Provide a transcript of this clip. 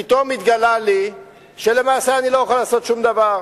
פתאום התגלה לי שלמעשה אני לא יכול לעשות שום דבר,